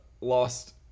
lost